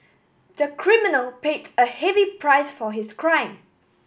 the criminal paid a heavy price for his crime